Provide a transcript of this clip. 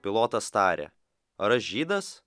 pilotas tarė ar aš žydas